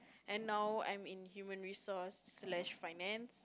and now I'm in human resource slash finance